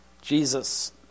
Jesus